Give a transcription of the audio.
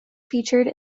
featured